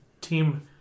team